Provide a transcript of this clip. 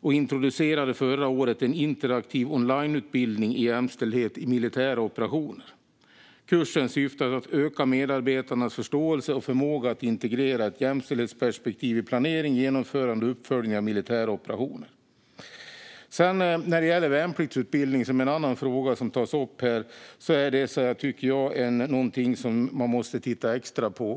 och introducerade förra året en interaktiv onlineutbildning i jämställdhet i militära operationer. Kursen syftar till att öka medarbetarnas förståelse och förmåga att integrera ett jämställdhetsperspektiv i planering, genomförande och uppföljning av militära operationer. När det gäller värnpliktsutbildning, som är en annan fråga som tas upp, tycker jag att det är någonting som man måste titta extra på.